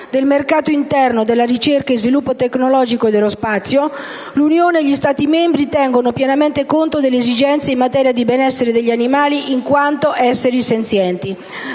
del mercato interno, della ricerca e sviluppo tecnologico e dello spazio, l'Unione e gli Stati membri tengono pienamente conto delle esigenze in materia di benessere degli animali in quanto esseri senzienti,